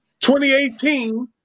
2018